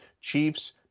Chiefs